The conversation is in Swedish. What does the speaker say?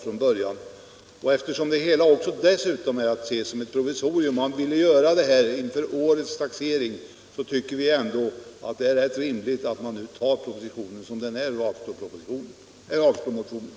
Då förslaget dessutom är att se som ett provisorium som man velat tillgripa inför årets taxering, tycker vi ändå det är ganska rimligt att anta propositionen som den är och avslå motionen.